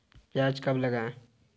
प्याज कब लगाएँ?